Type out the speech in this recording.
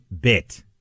bit